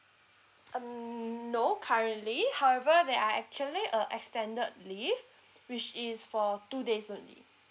mm no currently however there are actually a extended leave which is for two days only